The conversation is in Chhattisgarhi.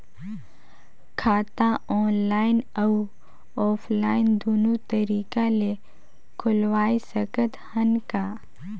खाता ऑनलाइन अउ ऑफलाइन दुनो तरीका ले खोलवाय सकत हन का?